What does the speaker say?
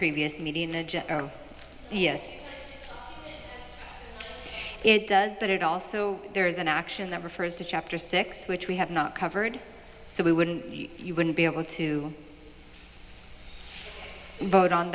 previous meeting yes it does but it also there is an action that refers to chapter six which we have not covered so we wouldn't you wouldn't be able to vote on